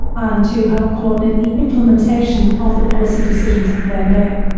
and to help coordinate the implementation of the policy decisions that they make.